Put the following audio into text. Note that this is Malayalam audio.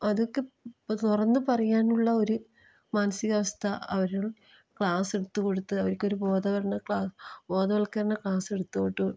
അതൊക്കെ തുറന്ന് പറയാനുള്ള ഒരു മാനസികാവസ്ഥ അവർ ക്ലാസ്സെടുത്ത് കൊടുത്ത് അവർക്ക് ഒരു ബോധവൽക്കരണ ക്ലാസ് ബോധവൽക്കരണ ക്ലാസ് എടുത്ത് കൊടുത്ത്